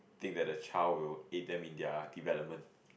think that the child will in depth in their development